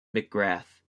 mcgrath